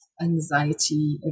anxiety